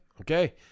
Okay